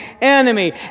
enemy